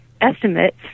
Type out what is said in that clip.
estimates